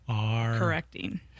correcting